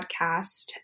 podcast